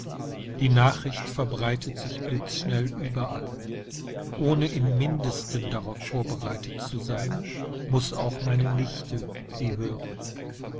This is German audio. die nachricht verbreitet sich blitzschnell überall ohne im mindesten darauf vorbereitet zu sein muß auch meine nichte sie hören